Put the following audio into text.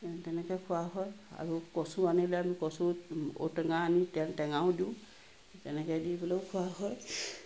তেনেকৈ খোৱা হয় আৰু কচু আনিলে আমি কচুত ঔটেঙা আমি তেল টেঙাও দিওঁ তেনেকৈ দি পেলায়ো খোৱা হয়